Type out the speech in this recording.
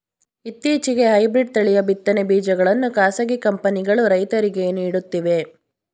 ಇತ್ತೀಚೆಗೆ ಹೈಬ್ರಿಡ್ ತಳಿಯ ಬಿತ್ತನೆ ಬೀಜಗಳನ್ನು ಖಾಸಗಿ ಕಂಪನಿಗಳು ರೈತರಿಗೆ ನೀಡುತ್ತಿವೆ